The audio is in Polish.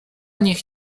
niech